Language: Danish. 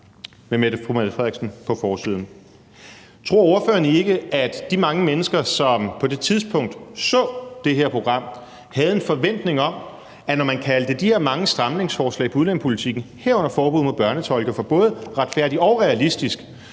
fru Mette Frederiksen på forsiden. Tror ordføreren ikke, at de mange mennesker, som på det tidspunkt så det her program, havde en forventning om, at regeringen, når man kaldte de her mange stramningsforslag inden for udlændingepolitikken, herunder et forbud mod børnetolke, for både retfærdigt og realistisk,